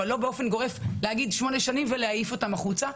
אבל לא באופן גורף להגיד שמונה שנים ולהעיף אותם החוצה,